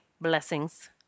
blessings